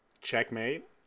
Checkmate